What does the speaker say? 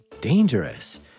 dangerous